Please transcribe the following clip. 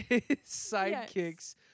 sidekicks